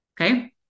okay